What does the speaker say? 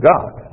God